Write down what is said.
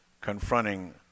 confronting